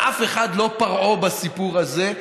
אף אחד לא פרעה בסיפור הזה.